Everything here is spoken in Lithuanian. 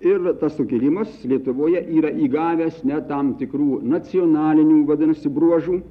ir tas sukilimas lietuvoje yra įgavęs net tam tikrų nacionalinių vadinasi bruožų